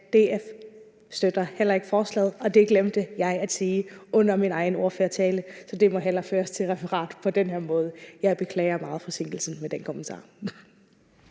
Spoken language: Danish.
støtter forslaget, og det glemte jeg at sige under min egen ordførertale, så det må hellere føres til referat på den her måde. Jeg beklager meget forsinkelsen af den kommentar.